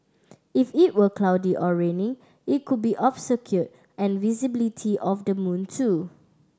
if it were cloudy or raining it could be obscured an visibility of the moon too